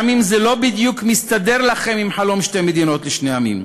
גם אם זה לא בדיוק מסתדר לכם עם חלום שתי מדינות לשני עמים,